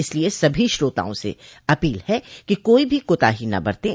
इसलिए सभी श्रोताओं से अपील है कि कोई भी कोताही न बरतें